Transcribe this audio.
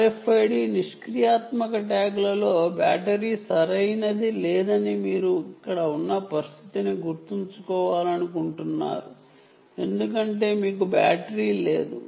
RFID నిష్క్రియాత్మక ట్యాగ్లలో battery లేదని మీరు గుర్తుంచుకోవాలనుకుంటున్నాను